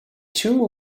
two